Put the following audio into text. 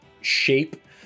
shape